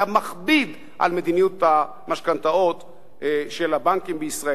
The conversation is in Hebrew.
גם מכביד על מדיניות המשכנתאות של הבנקים בישראל.